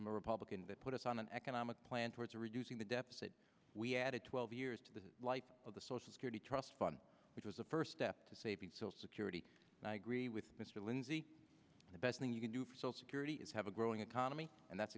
republicans that put us on an economic plan towards reducing the deficit we added twelve years to the life of the social security trust fund which was a first step to saving social security and i agree with mr lindsey the best thing you can do so security is have a growing economy and that's